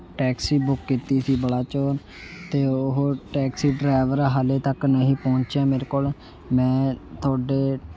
taxi book ਕੀਤੀ ਸੀ ਬਲਾਚੋਰ ਅਤੇ ਉਹ ਟੈਕਸੀ ਡਰੈਵਰ ਹਾਲੇ ਤੱਕ ਨਹੀਂ ਪਹੁੰਚਿਆ ਮੇਰੇ ਕੋਲ ਮੈਂ ਤੁਹਾਡੇ